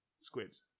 squids